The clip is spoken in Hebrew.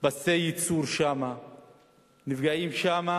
פסי ייצור נפגעים שם,